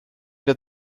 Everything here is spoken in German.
der